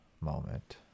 moment